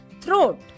Throat